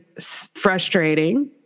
frustrating